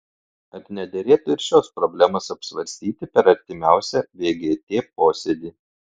ar nederėtų ir šios problemos apsvarstyti per artimiausią vgt posėdį